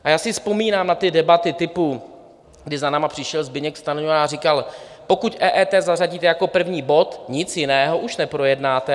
A já si vzpomínám na ty debaty typu, kdy za námi přišel Zbyněk Stanjura a říkal: pokud EET zařadíte jako první bod, nic jiného už neprojednáte.